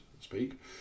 speak